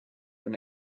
been